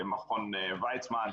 מכון ויצמן,